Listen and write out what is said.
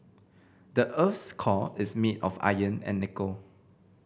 the earth's core is made of iron and nickel